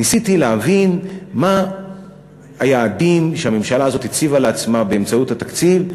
ניסיתי להבין מה היעדים שהממשלה הזאת הציבה לעצמה באמצעות התקציב,